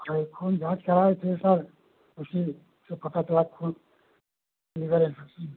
हाँ ये खून जाँच कराए थे सर उसी से पता चला खून लीवर इन्फेक्शन है